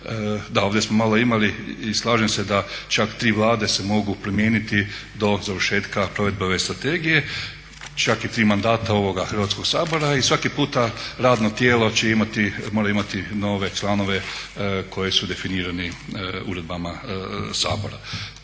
Da, ovdje smo malo imali i slažem se da čak i tri vlade se mogu promijeniti do završetka provedbe ove strategije, čak i tri mandata ovoga Hrvatskog sabora i svaki puta radno tijelo mora imati nove članove koji su definirani uredbama Sabora.